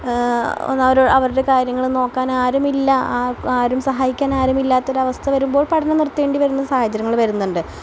ഒന്ന് അവരോട് അവരുടെ കാര്യങ്ങൾ നോക്കാൻ ആരുമില്ല ആരും സഹായിക്കാൻ ആരുമില്ലാത്തൊരവസ്ഥ വരുമ്പോൾ പഠനം നിർത്തേണ്ടി വരുന്ന സാഹചര്യങ്ങൾ വരുന്നുണ്ട്